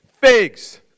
Figs